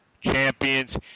champions